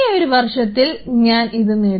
ഈ ഒരു വർഷത്തിൽ ഞാൻ ഇത് നേടും